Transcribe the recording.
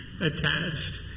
attached